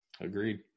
Agreed